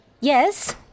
Yes